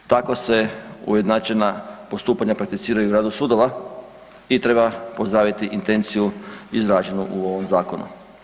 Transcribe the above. Tako se ujednačena postupanja prakticiraju u radu sudova i treba pozdraviti intenciju izrađenu u ovom zakonu.